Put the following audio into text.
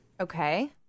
Okay